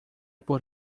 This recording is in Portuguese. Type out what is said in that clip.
por